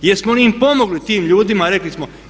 Jesmo li im pomogli tim ljudima, rekli smo.